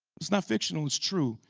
it's not fictional, it's true.